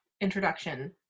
introduction